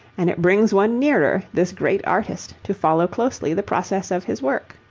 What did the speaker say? and it brings one nearer this great artist to follow closely the process of his work.